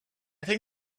think